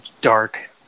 Dark